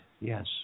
Yes